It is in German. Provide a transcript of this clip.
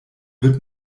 wird